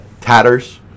tatters